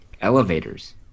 elevators